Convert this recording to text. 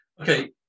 okay